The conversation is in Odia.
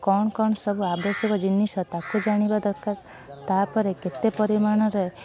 କ'ଣ କ'ଣ ସବୁ ଆବଶ୍ୟକ ଜିନିଷ ତାକୁ ଜାଣିବା ଦରକାର ତା'ପରେ କେତେ ପରିମାଣରେ